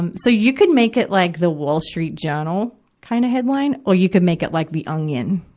and so you could make it like the wall street journal kind of headline, or you could make it like the onion.